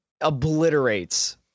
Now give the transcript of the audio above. obliterates